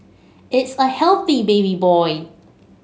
it's a healthy baby boy